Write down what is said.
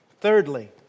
Thirdly